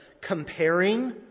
comparing